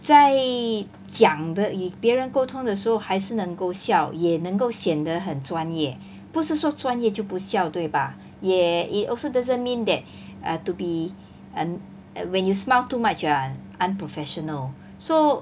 在讲的与别人沟通的时候还是能够笑也能够显得很专业不是说专业就不笑对吧也 it also doesn't mean that err to be err and when you smile too much you are unprofessional so